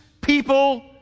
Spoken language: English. people